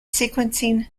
sequencing